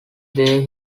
there